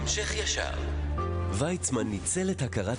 חגיגיים, ולהזכיר גם את